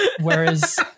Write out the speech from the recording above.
Whereas